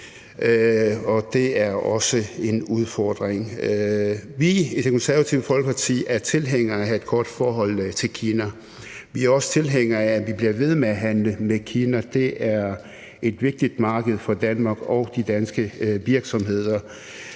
det er også en udfordring. Vi i Det Konservative Folkeparti er tilhængere af et godt forhold til Kina. Vi er også tilhængere af, at vi bliver ved med at handle med Kina. Det er et vigtigt marked for Danmark og de danske virksomheder,